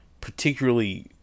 particularly